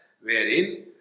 wherein